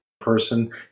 person